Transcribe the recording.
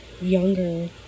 younger